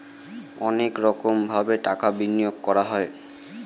অনেক রকমভাবে টাকা বিনিয়োগ করা হয়